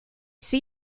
see